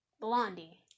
Blondie